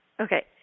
Okay